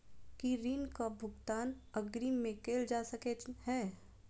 की ऋण कऽ भुगतान अग्रिम मे कैल जा सकै हय?